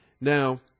Now